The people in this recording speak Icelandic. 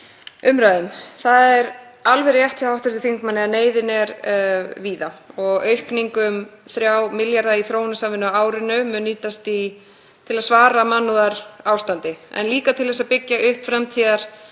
umræðum. Það er alveg rétt hjá hv. þingmanni að neyðin er víða og aukning um 3 milljarða í þróunarsamvinnu á árinu mun nýtast til að svara mannúðarástandi en líka til að byggja upp í